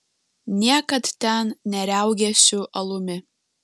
niekad ten neriaugėsiu alumi